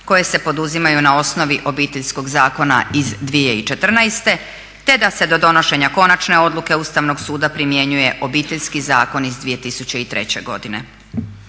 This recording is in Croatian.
koje se poduzimaju na osnovi Obiteljskog zakona iz 2014. te da se do donošenja konačne odluke Ustavnog suda primjenjuje Obiteljski zakon iz 2003. godine.